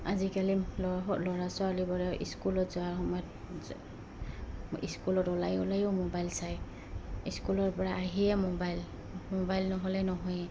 আজিকালি ল ল'ৰা ছোৱালীবোৰে স্কুলত যোৱাৰ সময়ত স্কুলত ওলাই ওলায়ো মোবাইল চায় স্কুলৰ পৰা আহিয়ে মোবাইল মোবাইল নহ'লে নহয়েই